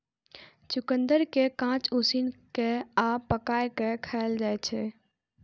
चुकंदर कें कांच, उसिन कें आ पकाय कें खाएल जाइ छै